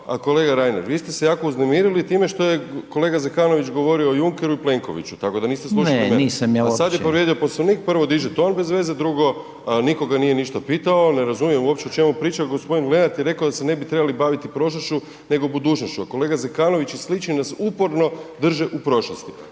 kolega Reiner vi ste se jako uznemirili time što je kolega Zekanović govorio o Junckeru i Plenkoviću, tako da niste slušali mene …/Upadica: Ne, nisam ja uopće./… a sad je povrijedio Poslovnik, prvo diže ton bez veze, drugo nitko ga nije ništa pitao, ne razumijem uopće o čemu priča. Gospodin Lenart je rekao da se ne bi trebali baviti prošlošću nego budućnošću, a kolega Zekanović i slični nas uporno drže u prošlosti.